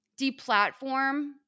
Deplatform